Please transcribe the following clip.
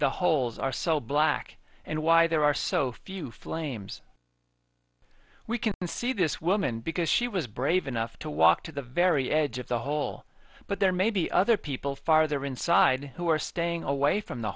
the holes are so black and why there are so few flames we can see this woman because she was brave enough to walk to the very edge of the hole but there may be other people farther inside who are staying away from the